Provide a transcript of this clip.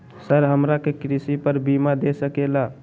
Sir हमरा के कृषि पर बीमा दे सके ला?